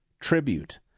Tribute